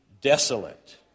desolate